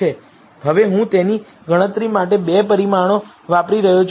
હવે હું તેની ગણતરી માટે બે પરિમાણો વાપરી રહ્યો છું